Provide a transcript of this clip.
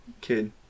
kid